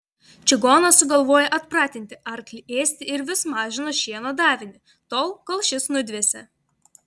čigonas sugalvojo atpratinti arklį ėsti ir vis mažino šieno davinį tol kol šis nudvėsė